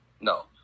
No